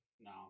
No